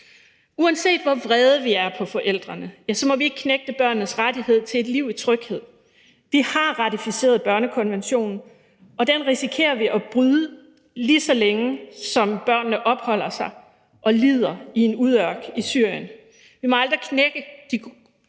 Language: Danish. Uanset hvor vrede vi er på forældrene, må vi ikke knægte børnenes ret til et liv i tryghed. Vi har ratificeret børnekonventionen, og den risikerer vi at bryde, lige så længe børnene opholder sig i en udørk i Syrien